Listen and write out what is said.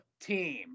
team